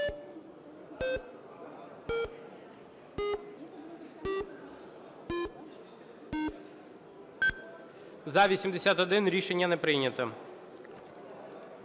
– 87. Рішення не прийнято.